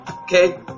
Okay